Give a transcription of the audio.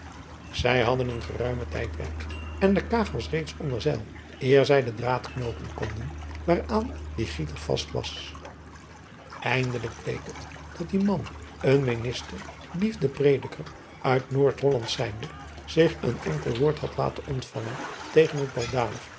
ij hadden een geruimen tijd werk en de aag was reeds onder zeil eer zij den draad knoopen konden waaraan dit getier vast was indelijk bleek het dat die man een enniste iefdeprediker uit oordholland zijnde zich een enkel woord had laten ontvallen tegen het baldadig